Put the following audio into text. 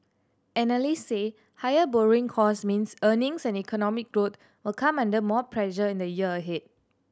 analysts say higher borrowing costs means earnings and economic growth will come under more pressure in the year ahead